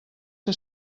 que